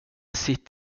sitt